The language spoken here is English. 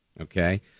Okay